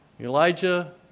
Elijah